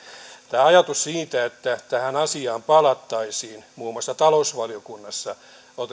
tämä ajatus siitä että tähän asiaan palattaisiin muun muassa talousvaliokunnassa